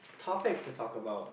topics to talk about